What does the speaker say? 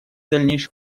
дальнейших